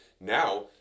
Now